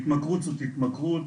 התמכרות זאת התמכרות.